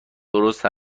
درست